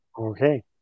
Okay